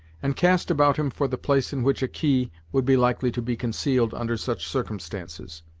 and cast about him for the place in which a key would be likely to be concealed under such circumstances.